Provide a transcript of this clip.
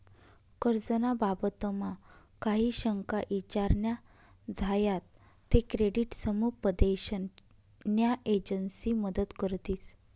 कर्ज ना बाबतमा काही शंका ईचार न्या झायात ते क्रेडिट समुपदेशन न्या एजंसी मदत करतीस